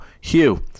Hugh